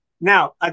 now